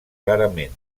clarament